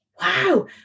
wow